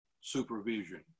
supervision